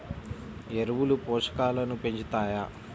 ఎరువులు పోషకాలను పెంచుతాయా?